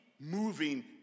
moving